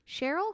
Cheryl